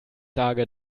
sage